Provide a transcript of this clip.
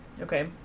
Okay